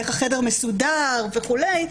איך החדר מסודר וכולי,